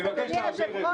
אני מבקש להבהיר את זה.